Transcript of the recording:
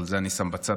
אבל את זה אני שם בצד,